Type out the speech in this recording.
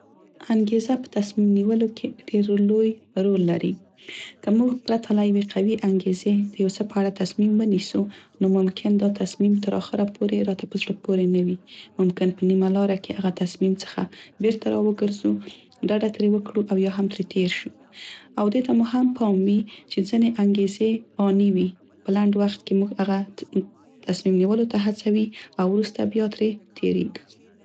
انګیزه په تصمیم نیولو کې ډير لوی رول لري، که موږ پرته له یوې قوي انګیزې، دې یو څه په اړه یو تصمیم ونیسو نو ممکن دا تصمیم تر اخره پورې راته به زړه پورې نه وي. ممکن په نیمه لاره کې هغه تصمیم څخه بیرته راوګرځو، ډه ډه ترې وکړو او یا هم ترې تیر شو. او دې ته مو هم پام وي چې ځینې انګیزې آني وي، په لنډ وخت کې موږ هغه تصمیم نیولو ته هڅوي او وروسته بیا ترې تیریګو.